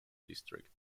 district